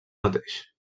mateix